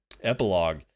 Epilogue